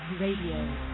Radio